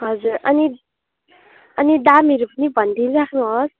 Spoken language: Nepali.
हजुर अनि अनि दामहरू पनि भनिदिई राख्नुहोस्